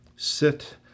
sit